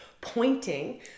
pointing